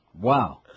Wow